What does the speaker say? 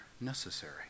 necessary